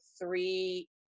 three